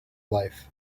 life